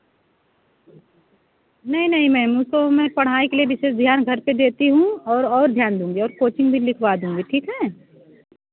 नहीं नहीं मैम उसको मैं पढ़ाई के लिए विशेष ध्यान घर पर देती हूँ और और ध्यान दूँगी कोचिंग भी लिखवा दूँगी ठीक है